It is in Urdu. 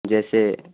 جیسے